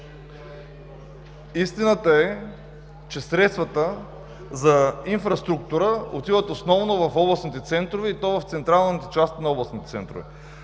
Истината е, че средствата за инфраструктура отиват основно в областните центрове, и то в централната част на областните центрове.